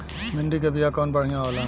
भिंडी के बिया कवन बढ़ियां होला?